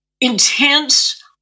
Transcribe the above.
intense